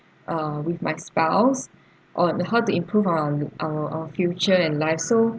uh with my spouse on how to improve on our our future and life so